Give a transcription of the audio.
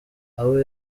abo